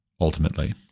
ultimately